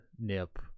NIP